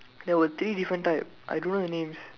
there were three different type I don't know the names